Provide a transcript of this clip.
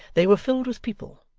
they were filled with people,